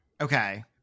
okay